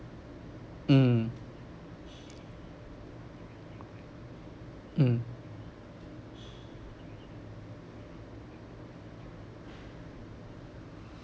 mm mm